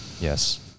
Yes